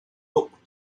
looked